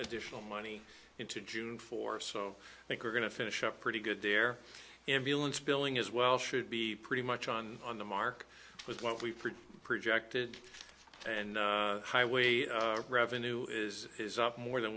additional money into june for so i think we're going to finish up pretty good there ambulance billing as well should be pretty much on on the mark with what we've pretty projected and highway revenue is is up more than